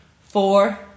four